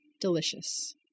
delicious